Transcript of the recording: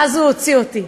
ואז הוא הוציא אותי.